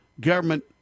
government